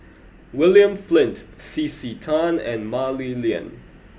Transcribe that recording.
William Flint C C Tan and Mah Li Lian